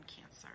cancer